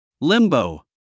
Limbo